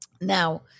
Now